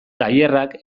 tailerrak